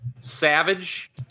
Savage